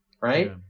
Right